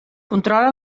controla